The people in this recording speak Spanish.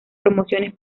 promociones